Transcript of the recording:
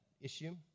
issue